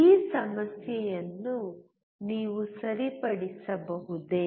ಈ ಸಮಸ್ಯೆಯನ್ನು ನೀವು ಸರಿಪಡಿಸಬಹುದೇ